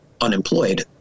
unemployed